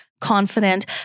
confident